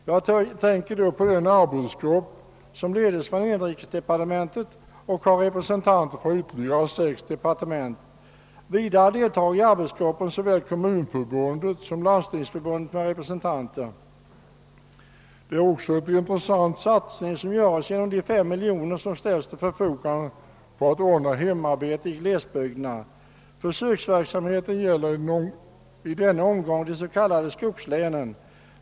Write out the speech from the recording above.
Jag tänker på den arbetsgrupp, som leds av inrikesdepartementet och i vilken ingår representanter för ytterligare sex departement. Vidare deltar i arbetsgruppen representanter för såväl Kommunförbundet som Landstingsförbundet. Det är också en intressant satsning som görs genom de 5 miljoner kronor som ställs till förfogande för att ordna hemarbete i glesbygder. Försöksverksamheten avser i denna omgång de s.k. skogslänen.